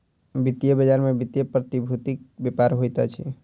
वित्तीय बजार में वित्तीय प्रतिभूतिक व्यापार होइत अछि